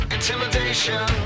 Intimidation